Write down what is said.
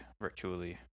virtually